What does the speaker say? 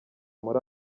muri